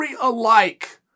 alike